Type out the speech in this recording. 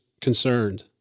concerned